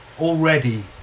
Already